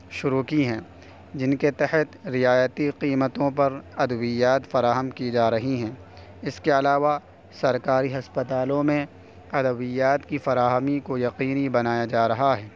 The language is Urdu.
شروع کی ہیں جن کے تحت رعایتی قیمتوں پر ادویات فراہم کی جا رہی ہیں اس کے علاوہ سرکاری ہسپتالوں میں ادویات کی فراہمی کو یقینی بنایا جا رہا ہے